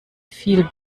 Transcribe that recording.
viel